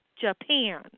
Japan